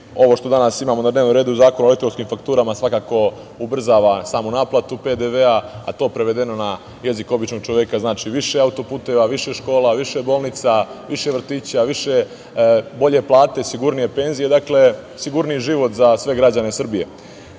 Ovo što danas imamo na dnevnom redu, Zakon o elektronskim fakturama, svakako ubrzava samu naplatu PDV-a. To prevedeno na jezik običnog čoveka znači više autoputeva, više škola, više bolnica, više vrtića, bolje plate, sigurnije penzije. Dakle, sigurniji život za sve građane